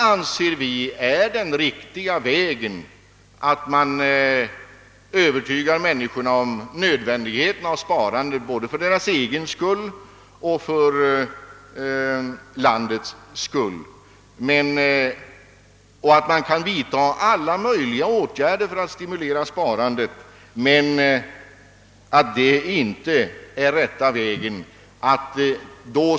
Att övertyga människor om sparandets nödvändighet både för deras egen skull och för landets skull och att vidta alla möjliga åtgärder för att stimulera sparandet anser vi vara den riktiga vägen att gå.